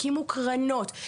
הקימו קרנות,